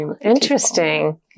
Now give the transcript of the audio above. interesting